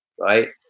right